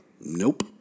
nope